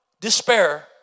despair